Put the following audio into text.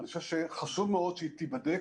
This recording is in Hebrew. אני חושב שחשוב מאוד שהיא תיבדק